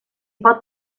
pot